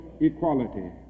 equality